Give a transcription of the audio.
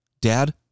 Dad